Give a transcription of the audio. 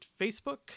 facebook